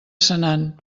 senan